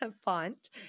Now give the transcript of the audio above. font